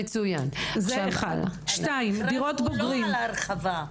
אז המכרז הוא לא על ההרחבה?